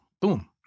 Boom